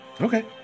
Okay